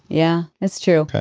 yeah. that's true.